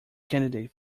candidate